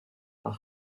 par